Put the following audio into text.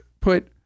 put